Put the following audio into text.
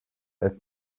als